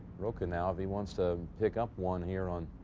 rocca now, if he wants to pick-up one here on